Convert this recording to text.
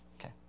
Okay